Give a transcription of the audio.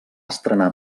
estrenar